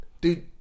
Dude